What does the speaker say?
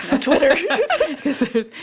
Twitter